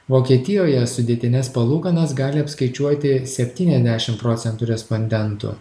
vokietijoje sudėtines palūkanas gali apskaičiuoti septyniasdešim procentų respondentų